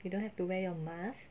you don't have to wear your mask